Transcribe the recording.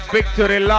Victory